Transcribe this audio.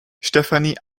stefanie